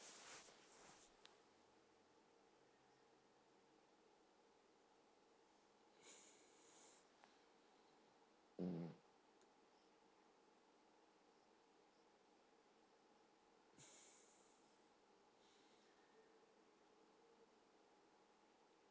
mm